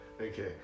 Okay